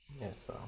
Yes